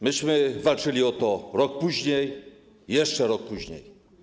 Myśmy walczyli o to rok później, jeszcze rok później.